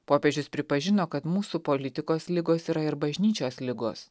popiežius pripažino kad mūsų politikos ligos yra ir bažnyčios ligos